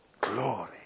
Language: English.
Glory